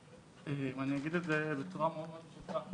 היא הגיעה עם הילדות שלה,